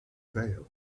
veils